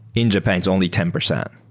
in japan, it's only ten percent.